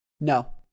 No